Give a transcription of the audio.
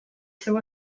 seu